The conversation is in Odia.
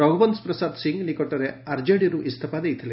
ରଘୁବଂଶ ପ୍ରସାଦ ସିଂହ ନିକଟରେ ଆର୍ଜେଡିରୁ ଇଞ୍ଜଫା ଦେଇଥିଲେ